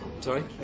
Sorry